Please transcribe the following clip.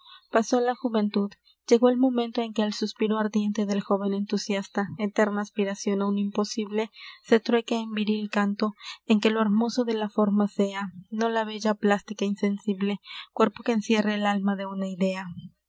pasó la juventud llegó el momento en que el suspiro ardiente del jóven entusiasta eterna aspiracion á un imposible se trueque en viril canto en que lo hermoso de la forma sea no la belleza plástica insensible cuerpo que encierre el alma de una idea